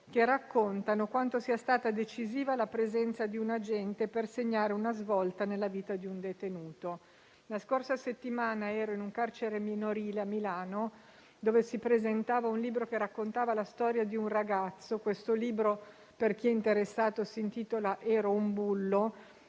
che raccontano quanto sia stata decisiva la presenza di un agente per segnare una svolta nella vita di un detenuto. La scorsa settimana ero in un carcere minorile a Milano, dove si presentava un libro - per chi è interessato, si intitola «Ero un bullo»